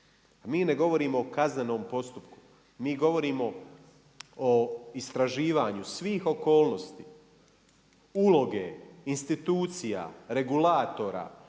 Mi ne govorimo o kaznenom postupku, mi govorimo o istraživanju svih okolnosti, uloge, institucija, regulatora